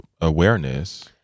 awareness